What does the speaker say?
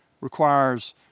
requires